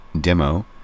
demo